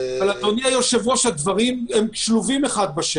אבל, אדוני היושב-ראש, הדברים שלובים זה בזה.